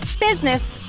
business